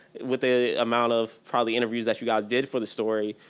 with the amount of probably interviews that you guys did for the story,